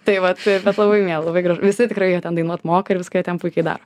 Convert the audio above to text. tai vat bet labai miela labai gražu visi tikrai jie ten dainuot moka ir viską jie ten puikiai daro